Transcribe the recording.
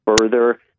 further